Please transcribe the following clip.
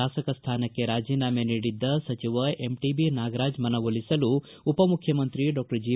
ಶಾಸಕ ಸ್ಥಾನಕ್ಕೆ ರಾಜೀನಾಮೆ ನೀಡಿದ್ದ ಸಚಿವ ಎಂಟಿಬಿ ನಾಗರಾಜ್ ಮನವೊಲಿಸಲು ಉಪಮುಖ್ಯಮಂತ್ರಿ ಡಾಕ್ಟರ್ ಜಿ